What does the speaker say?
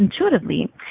intuitively